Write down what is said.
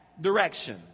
direction